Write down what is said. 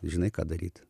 žinai ką daryt